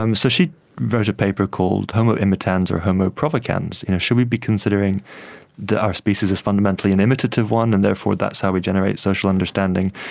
um so she wrote a paper called homo imitans or homo provocans? you know, should we be considering our species as fundamentally an imitative one and therefore that's how we generate social understanding,